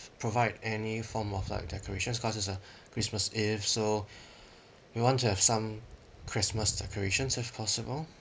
provide any form of like decorations cause it's a christmas eve so we want to have some christmas decorations if possible